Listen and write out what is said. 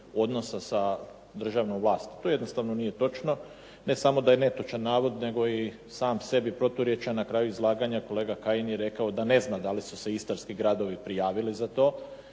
odnosa sa državnom vlasti. To jednostavno nije točno. Ne samo da je netočan navod nego je i sam sebi proturječan. Na kraju izlaganja kolega Kajin je rekao da ne zna da li su se istarski gradovi prijavili za to.